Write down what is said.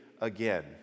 again